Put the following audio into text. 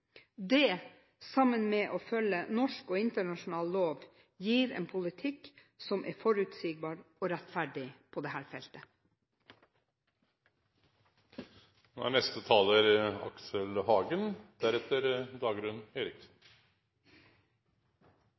Det gir – sammen med det å følge norsk og internasjonal lov – en politikk som er forutsigbar og rettferdig på dette feltet.